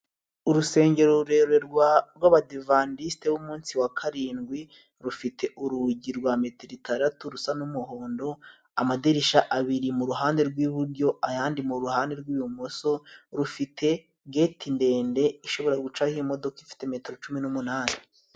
Urusengero rurerure rw'abadivantisite b'umunsi wa karindwi, rufite urugi rwa metero itandatu rusa n'umuhondo, amadirisha abiri mu ruhande rw'iburyo, ayandi mu ruhande rw'ibumoso, rufite geti ndende ishobora gucaho imodoka ifite metero cumi n'umunane.